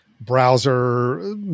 browser